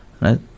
Right